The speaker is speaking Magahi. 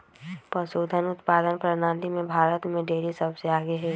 पशुधन उत्पादन प्रणाली में भारत में डेरी सबसे आगे हई